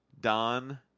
Don